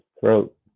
throat